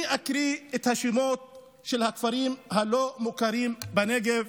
אני אקרא את השמות של הכפרים הלא-מוכרים בנגב,